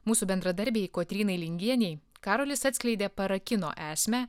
mūsų bendradarbei kotrynai lingienei karolis atskleidė para kino esmę